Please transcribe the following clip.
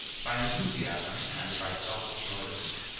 by enthusiasm and by selfish motives,